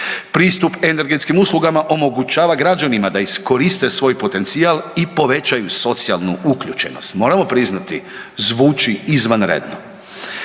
Pristup energetskim uslugama omogućava građanima da iskoriste svoj potencijal i poveća im socijalnu uključenost, moramo priznati, zvuči izvanredno.